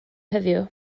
heddiw